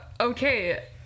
okay